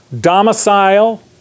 domicile